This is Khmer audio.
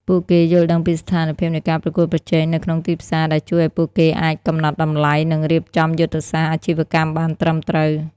ពួកគេយល់ដឹងពីស្ថានភាពនៃការប្រកួតប្រជែងនៅក្នុងទីផ្សារ ដែលជួយឱ្យពួកគេអាចកំណត់តម្លៃ និងរៀបចំយុទ្ធសាស្ត្រអាជីវកម្មបានត្រឹមត្រូវ។